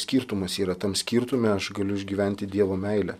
skirtumas yra tam skirtume aš galiu išgyventi dievo meilę